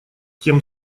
тем